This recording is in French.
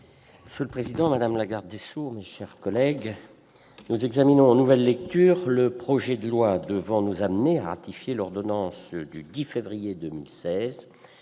Monsieur le président, madame la garde des sceaux, mes chers collègues, nous examinons en nouvelle lecture le projet de loi devant nous amener à ratifier l'ordonnance du 10 février 2016